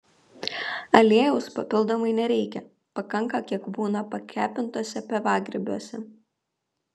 aliejaus papildomai nereikia pakanka kiek būna pakepintuose pievagrybiuose